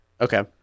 Okay